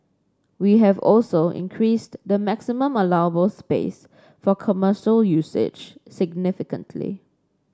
we have also increased the maximum allowable space for commercial usage significantly